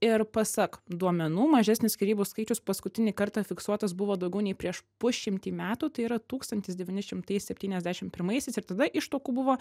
ir pasak duomenų mažesnis skyrybų skaičius paskutinį kartą fiksuotas buvo daugiau nei prieš pusšimtį metų tai yra tūkstantis devyni šimtai septyniasdešim pirmaisiais ir tada ištuokų buvo